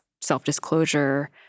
self-disclosure